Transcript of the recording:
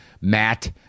Matt